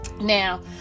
Now